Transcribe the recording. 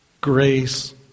grace